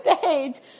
stage